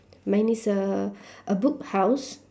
mine is a a book house